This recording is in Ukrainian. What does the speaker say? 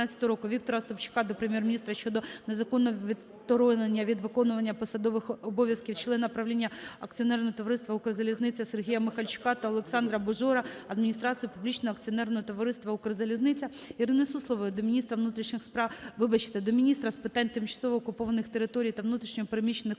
Віктора Остапчука до Прем'єр-міністра щодо незаконного відсторонення від виконування посадових обов'язків членів правління Акціонерного товариства "Укрзалізниця" Сергія Михальчука та Олександра Бужора адміністрацією публічного акціонерного товариства "Укрзалізниця". Ірини Суслової до міністра з питань тимчасово окупованих територій та внутрішньо переміщених